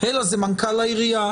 אלא זה מנכ"ל העירייה,